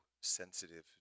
sensitive